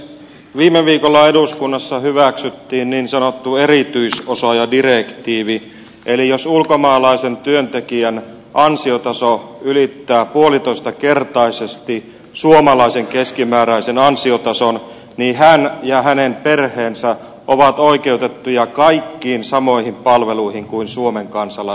viime viikolla eduskunnassa hyväksyttiin niin sanottu erityisosaajadirektiivi eli jos ulkomaalaisen työntekijän ansiotaso ylittää puolitoistakertaisesti suomalaisen keskimääräisen ansiotason niin hän ja hänen perheensä ovat oikeutettuja kaikkiin samoihin palveluihin kuin suomen kansalaiset ovat